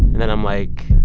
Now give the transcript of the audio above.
then i'm, like,